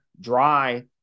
dry